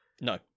No